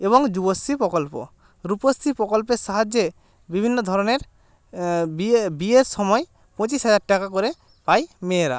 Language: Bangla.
এবং যুবশ্যী পকল্প রূপশ্রী প্রকল্পের সাহায্যে বিভিন্ন ধরনের বিয়ে বিয়ের সময় পঁচিশ হাজার টাকা করে পায় মেয়েরা